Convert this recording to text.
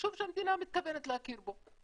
יישוב שהמדינה מתכוונת להכיר בו,